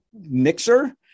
mixer